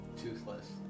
toothless